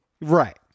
Right